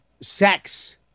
sex